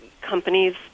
companies